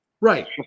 Right